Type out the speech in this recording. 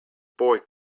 boy